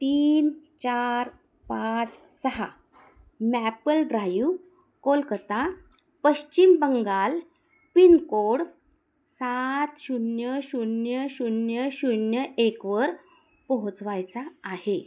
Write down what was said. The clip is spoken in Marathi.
तीन चार पाच सहा Maple Drive Kolkata Paschim Bangal pin code सात शून्य शून्य शून्य शून्य एकवर पोहोचवायचा आहे